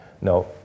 No